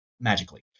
magically